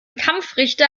kampfrichter